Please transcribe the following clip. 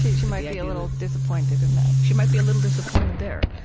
she she might be a little disappointed in that she might be a little disappointed there.